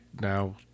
now